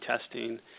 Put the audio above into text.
testing